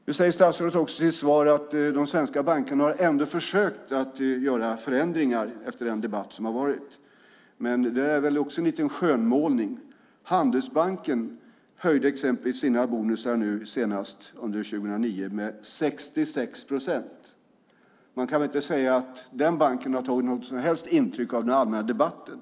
Nu säger statsrådet i sitt svar att de svenska bankerna ändå har försökt att göra förändringar efter den debatt som har varit. Men det är väl en liten skönmålning. Handelsbanken höjde exempelvis sina bonusar under 2009 med 66 procent. Man kan väl inte säga att den banken har tagit något som helst intryck av den allmänna debatten?